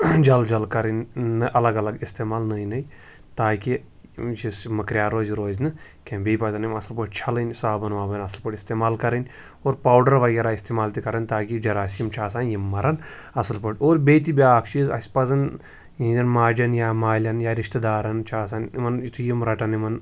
جل جل کَرٕنۍ الگ الگ استعمال نٔے نٔے تاکہِ ییٚمہِ چیٖزٕ سۭتۍ چھِ مٔکریٛار روزِ یہِ روزِ نہٕ کینٛہہ بیٚیہِ پَزَن یِم اَصٕل پٲٹھۍ چھَلٕنۍ صابَن وابَن اَصٕل پٲٹھۍ استعمال کَرٕنۍ اور پاوڈَر وغیرہ استعمال تہِ کَرٕنۍ تاکہِ یہِ جراسیٖم چھِ آسان یِم مَرَن اَصٕل پٲٹھۍ اور بیٚیہِ تہِ بیٛاکھ چیٖز اَسہِ پَزَن یِہِنٛدٮ۪ن ماجَن یا مالٮ۪ن یا رِشتہٕ دارَن چھُ آسان یِمَن یُتھُے یِم رَٹَن یِمَن